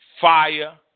fire